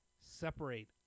separate